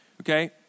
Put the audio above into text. Okay